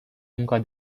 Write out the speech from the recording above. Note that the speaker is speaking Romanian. munca